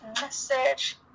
message